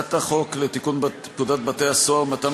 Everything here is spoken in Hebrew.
הצעת החוק לתיקון פקודת בתי-הסוהר (מתן